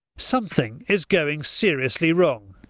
something is going seriously wrong.